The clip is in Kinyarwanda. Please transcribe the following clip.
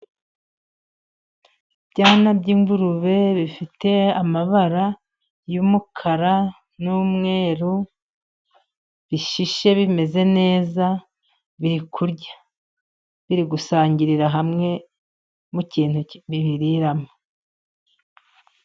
Ibyana by'ingurube bifite amabara y'umukara n'umweru bishishe bimeze neza. Biri kurya, biri gusangirira hamwe mu kintu biriramo.